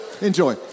enjoy